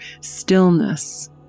stillness